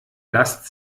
lasst